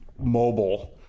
mobile